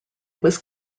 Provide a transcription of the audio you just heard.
was